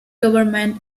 government